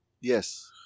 yes